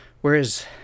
Whereas